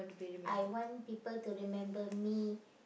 I want people to remember me